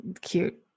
cute